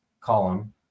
column